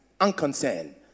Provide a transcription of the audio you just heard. unconcerned